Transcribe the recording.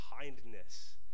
kindness